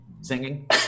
singing